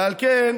ועל כן,